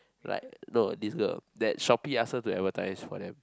like know this girl that Shopee ask her to advertise for them